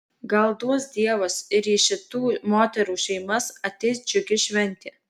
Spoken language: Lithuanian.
gal duos dievas ir į šitų moterų šeimas ateis džiugi šventė